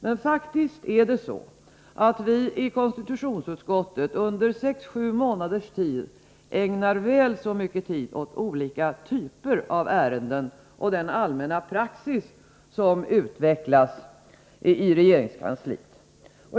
Men faktiskt är det så att vi i konstitutionsutskottet under sex sju månaders tid ägnar väl så mycket tid åt olika typer av ärenden och den allmänna praxis som utvecklas i regeringskansliet.